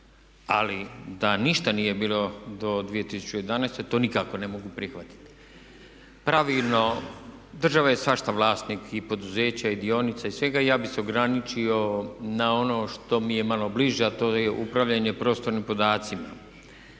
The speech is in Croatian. ali da ništa nije bilo do 2011., to nikako ne mogu prihvatiti. Pravilno, država je svašta vlasnik i poduzeća i dionica i svega i ja bih se ograničio na ono što mi je malo bliže a to je upravljanje prostornim podacima.